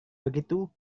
begitu